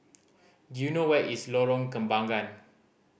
do you know where is Lorong Kembagan